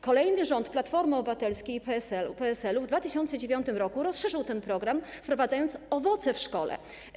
Kolejny rząd, rząd Platformy Obywatelskiej i PSL-u, w 2009 r. rozszerzył ten program, wprowadzając owoce w szkole.